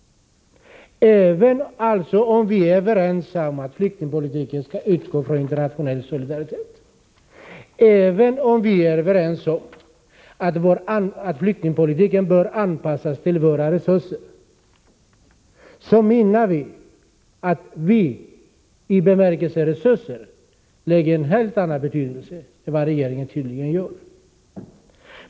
Även om vi är överens om att flyktingpolitiken skall utgå från internationell solidaritet, även om vi är överens om att flyktingpolitiken bör anpassas till våra resurser, lägger vi i vpk en helt annan betydelse i begreppet resurser än vad regeringen tydligen gör.